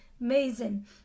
amazing